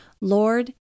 Lord